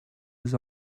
eus